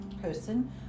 person